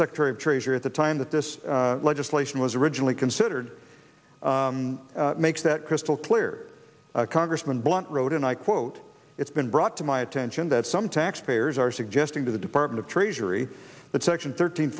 secretary of treasury at the time that this legislation was originally considered makes that crystal clear congressman blunt wrote and i quote it's been brought to my attention that some taxpayers are suggesting to the department of treasury that section thirteen